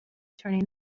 turning